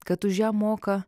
kad už ją moka